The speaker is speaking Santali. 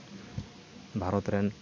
ᱵᱷᱟᱨᱚᱛ ᱨᱮᱱ